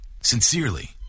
Sincerely